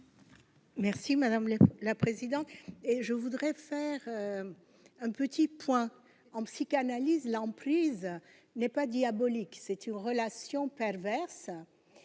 Merci madame la présidente, et je voudrais faire un petit point en psychanalyse, l'emprise n'est pas diaboliques, c'est une relation perverse